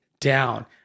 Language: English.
down